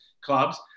clubs